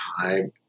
time